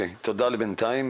תודה לבינתיים.